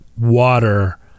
water